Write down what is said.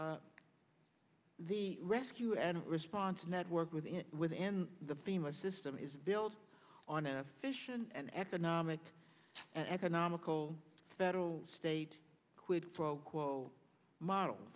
the rescue and response network within within the fema system is built on a fish and an economic and economical federal state quid pro quo model